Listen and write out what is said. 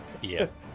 Yes